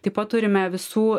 taip pat turime visų